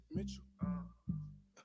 Mitchell